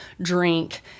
drink